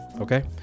okay